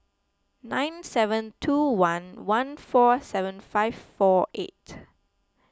nine seven two one one four seven five four eight